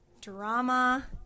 drama